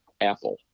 apple